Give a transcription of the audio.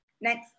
Next